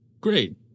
Great